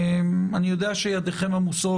אני יודע שידיכם עמוסות,